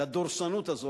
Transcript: לדורסנות הזאת,